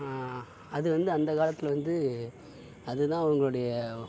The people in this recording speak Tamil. அது வந்து அந்த காலத்தில் வந்து அதுதான் அவங்களுடைய